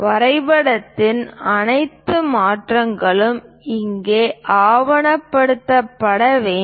வரைபடத்தின் அனைத்து மாற்றங்களும் அங்கு ஆவணப்படுத்தப்பட வேண்டும்